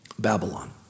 Babylon